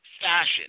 fashion